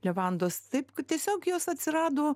levandos taip kad tiesiog jos atsirado